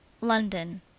London